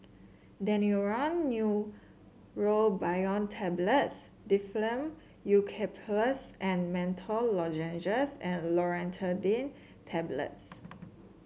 Daneuron Neurobion Tablets Difflam Eucalyptus and Menthol Lozenges and Loratadine Tablets